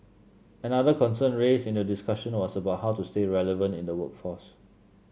another concern raised in the discussion was about how to stay relevant in the workforce